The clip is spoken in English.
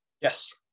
Yes